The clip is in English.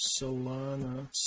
Solana